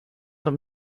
them